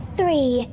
three